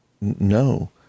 no